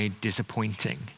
disappointing